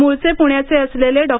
म्रळचे प्ण्याचे असलेले डॉ